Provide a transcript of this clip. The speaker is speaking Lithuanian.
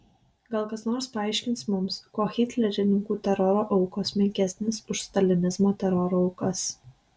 gal kas nors paaiškins mums kuo hitlerininkų teroro aukos menkesnės už stalinizmo teroro aukas